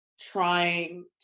trying